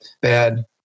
bad